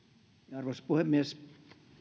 arvoisa puhemies